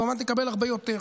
היא כמובן תקבל הרבה יותר,